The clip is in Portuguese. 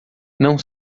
não